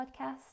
podcast